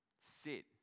sit